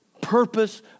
purpose